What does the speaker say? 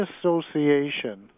association